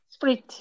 Split